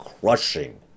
crushing